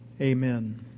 Amen